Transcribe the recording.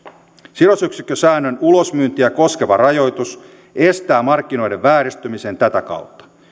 sidosyksikkösäännön ulosmyyntiä koskeva rajoitus estää markkinoiden vääristymisen tätä kautta